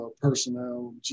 personnel